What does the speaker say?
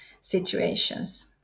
situations